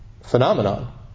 phenomenon